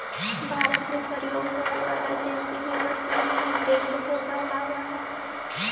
भारत में प्रयोग होवे वाला जे.सी.बी मशीन ही बेक्हो कहलावऽ हई